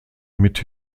mit